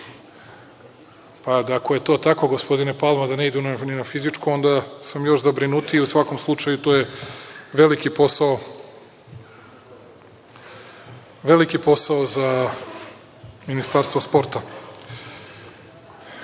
ako je to tako, gospodine Palma, da ne idu ni na fizičko, onda sam još zabrinutiji. U svakom slučaju, to je veliki posao za Ministarstvo sporta. Srbija